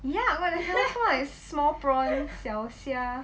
what the hell what ah small prawn 小虾